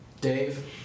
Dave